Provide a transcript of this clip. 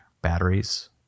batteries